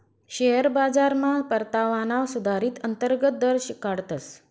share बाजारमा परतावाना सुधारीत अंतर्गत दर शिकाडतस